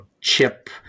chip